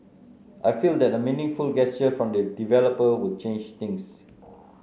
I feel that a meaningful gesture from the developer would change things